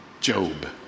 Job